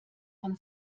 von